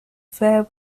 fair